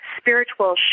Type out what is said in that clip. spiritual